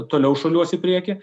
toliau šuoliuos į priekį